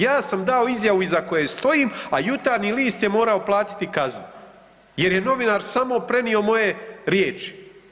Ja sam dao izjavu iza stojim, a Jutarnji list je morao platiti kaznu jer je novinar samo prenio moje riječi?